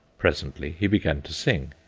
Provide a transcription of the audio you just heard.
presently he began to sing.